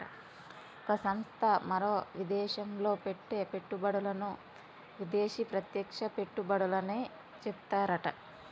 ఒక సంస్థ మరో విదేశంలో పెట్టే పెట్టుబడులను విదేశీ ప్రత్యక్ష పెట్టుబడులని చెప్తారట